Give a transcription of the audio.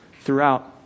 throughout